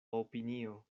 opinio